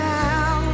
now